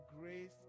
grace